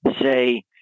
say